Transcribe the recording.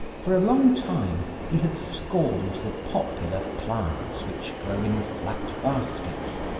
for a long time he had scorned the popular plants which grow in flat baskets,